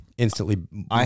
Instantly